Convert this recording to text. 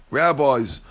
rabbis